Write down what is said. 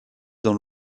dans